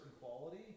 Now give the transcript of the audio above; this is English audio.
quality